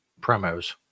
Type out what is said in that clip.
promos